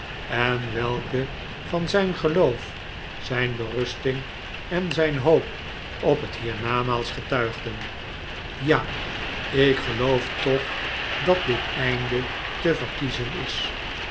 en welke van zijn geloof zijn berusting en zijn hoop op het hiernamaals getuigden ja ik geloof toch dat dit einde te verkiezen is